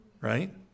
right